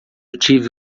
tive